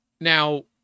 Now